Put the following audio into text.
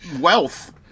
wealth